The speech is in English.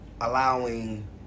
allowing